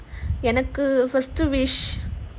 எனக்கு:enakku first wish